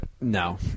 No